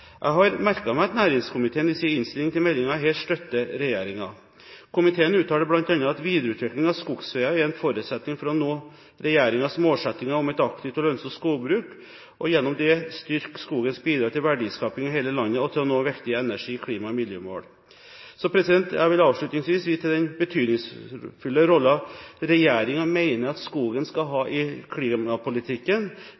Jeg har merket meg at næringskomiteen i sin innstilling til meldingen her støtter regjeringen. Komiteen uttaler bl.a. at videreutvikling av skogsveier er en forutsetning for å nå regjeringens målsettinger om et aktivt og lønnsomt skogbruk, og gjennom dette styrke skogens bidrag til verdiskaping i hele landet og til å nå viktige energi-, klima- og miljømål. Jeg vil avslutningsvis vise til den betydningsfulle rollen regjeringen mener at skogen skal ha